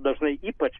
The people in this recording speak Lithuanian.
dažnai ypač